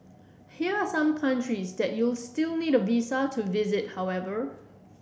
here are some countries that you'll still need a visa to visit however